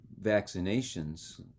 vaccinations